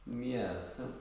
Yes